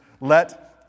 let